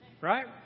Right